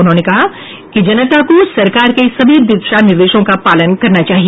उन्होंने कहा कि जनता को सरकार के सभी दिशा निर्देशों का पालन करना चाहिए